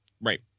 Right